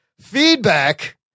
feedback